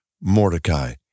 Mordecai